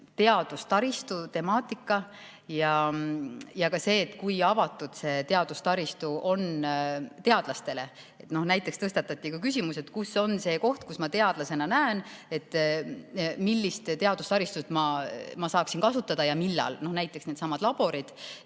all teadustaristu temaatika ja ka see, kui avatud on teadustaristu teadlastele. Näiteks tõstatati küsimus, kus on see koht, kus ma teadlasena näen, millist teadustaristut ma saaksin kasutada ja millal. Näiteks needsamad laborid